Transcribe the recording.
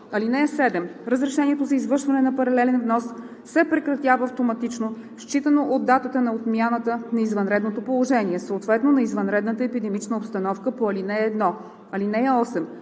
ал. 1. (7) Разрешението за извършване на паралелен внос се прекратява автоматично, считано от датата на отмяната на извънредното положение, съответно на извънредната епидемична обстановка по ал. 1. (8)